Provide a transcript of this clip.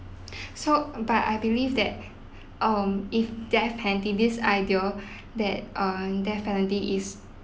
so um but I believe that um if death penalty this idea that uh death penalty is